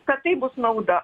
kad tai bus nauda